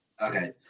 okay